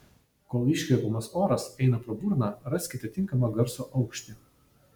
kol iškvepiamas oras eina pro burną raskite tinkamą garso aukštį